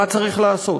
מה צריך לעשות?